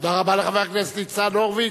תודה רבה לחבר הכנסת ניצן הורוביץ.